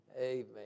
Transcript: Amen